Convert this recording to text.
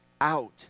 out